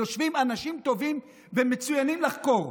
יושבים אנשים טובים ומצוינים לחקור.